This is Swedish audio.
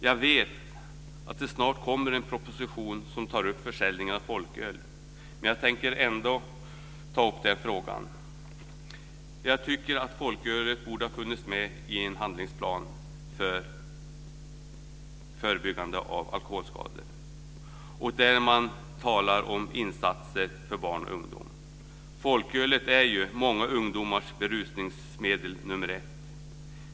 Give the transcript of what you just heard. Jag vet att det snart kommer en proposition som tar upp försäljning av folköl, men jag tänker ändå ta upp den frågan. Jag tycker att folköl borde ha funnits med i en handlingsplan för förebyggande av alkoholskador där man talar om insatser för barn och ungdom. Folkölen är ju många ungdomars berusningsmedel nr 1.